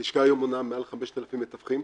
הלשכה מונה היום למעלה מ-5,000 מתווכים.